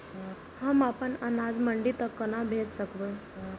हम अपन अनाज मंडी तक कोना भेज सकबै?